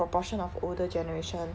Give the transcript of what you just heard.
proportion of older generation